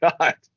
god